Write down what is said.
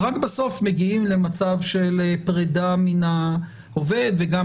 ורק בסוף מגיעים למצב של פרידה מן העובד וגם